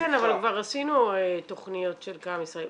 כן, אבל כבר עשינו תכניות של כמה משרדים.